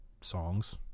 songs